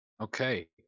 Okay